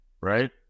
Right